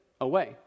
away